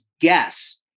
guess